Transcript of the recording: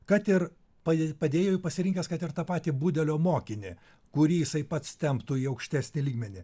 kad ir padė padėjėju pasirinkęs kad ir tą patį budelio mokinį kurį jisai pats temptų į aukštesnį lygmenį